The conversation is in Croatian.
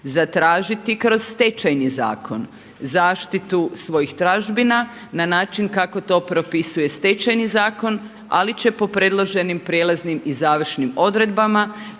zatražiti kroz Stečajni zakon zaštitu svojih tražbina na način kako to propisuje Stečajni zakon, ali će po predloženim prijelaznim i završnim odredbama taj